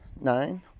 nine